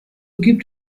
gibt